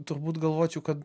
turbūt galvočiau kad